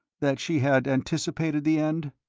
that she had anticipated the end?